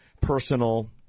personal